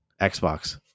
Xbox